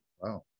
Wow